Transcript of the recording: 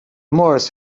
moores